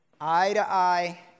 Eye-to-eye